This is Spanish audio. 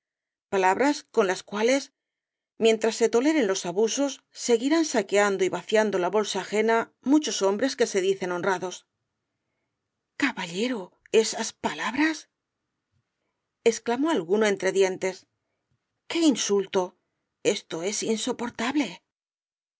palabras con las cuales mientras se toleren los abusos seguirán saqueando y vaciando la bolsa ajena muchos hombres que se dicen honrados caballero esas palabras exclamó alguno entre dientes qué insulto esto es insoportable